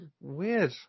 Weird